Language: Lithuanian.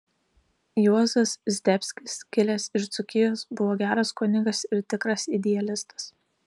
juozas zdebskis kilęs iš dzūkijos buvo geras kunigas ir tikras idealistas